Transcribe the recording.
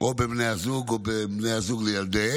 או בין בני הזוג או בין בני הזוג לילדיהם.